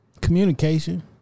Communication